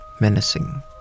menacing